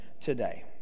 today